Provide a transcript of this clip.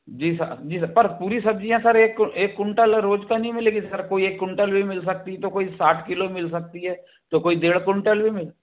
जी जी पर पूरी सब्जियाँ सर एक एक कुंटल रोज का नही मिलेगी सर कोई एक कुंटल भी मिल सकती है तो कोई साठ किलो मिल सकती है तो कोई डेढ़ कुंटल भी मिल